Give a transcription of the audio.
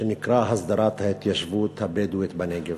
שנקראת: הסדרת ההתיישבות הבדואית בנגב.